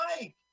Mike